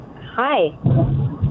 Hi